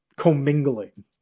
commingling